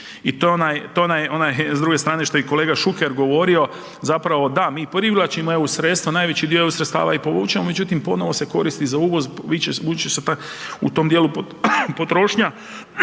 I to je onaj s druge strane što je i kolega Šuker govorio zapravo da mi privlačimo eu sredstva, najveći dio eu sredstava je povučen međutim ponovo se koristi za uvoz, … u tom dijelu potrošnja